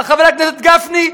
חבר הכנסת גפני,